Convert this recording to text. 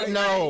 no